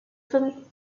from